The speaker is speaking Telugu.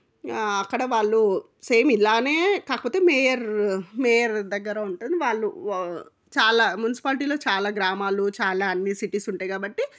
అక్కడ వాళ్ళు సేమ్ ఇలానే కాకపోతే మేయర్ మేయర్ దగ్గర ఉంటుంది వాళ్ళు వా చాలా మున్సిపాలిటీలో చాలా గ్రామాలు చాలా అన్నీ సిటీస్ ఉంటాయి కాబట్టి